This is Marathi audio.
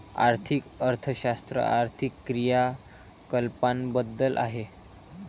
आर्थिक अर्थशास्त्र आर्थिक क्रियाकलापांबद्दल आहे